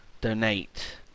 donate